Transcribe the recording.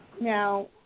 Now